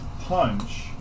punch